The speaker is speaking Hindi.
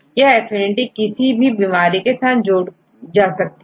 यह एफिनिटी किसी भी बीमारी के साथ जोड़ी जा सकती है